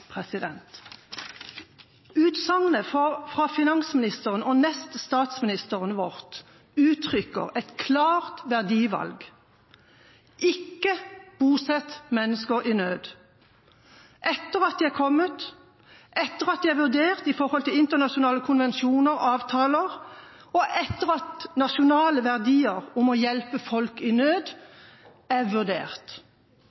Utsagnet fra finansministeren, som er vår nest-statsminister, uttrykker et klart verdivalg: Ikke bosett mennesker i nød, etter at de er kommet, etter at de er vurdert i forhold til internasjonale konvensjoner og avtaler, og etter at nasjonale verdier om å hjelpe folk i nød er vurdert